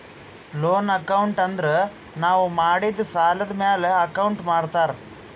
loan account ಅಂದುರ್ ನಾವು ಮಾಡಿದ್ ಸಾಲದ್ ಮ್ಯಾಲ ಅಕೌಂಟ್ ಮಾಡ್ತಾರ್